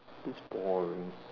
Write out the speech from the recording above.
looks boring